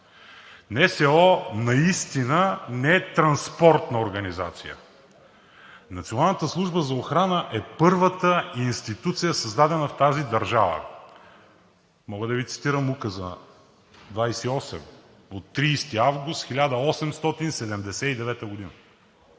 НСО наистина не е транспортна организация. Националната служба за охрана е първата институция, създадена в тази държава. Мога да Ви цитирам Указа –№ 28 от 30 август 1879 г.